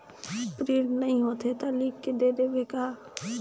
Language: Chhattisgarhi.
प्रिंट नइ होथे ता लिख के दे देबे का?